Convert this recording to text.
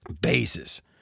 Bases